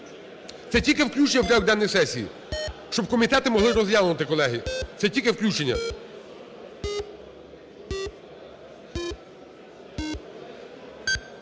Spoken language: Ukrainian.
Це тільки включення в порядок денний сесії, щоб комітети змогли розглянути, колеги, це тільки включення.